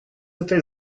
этой